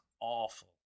awful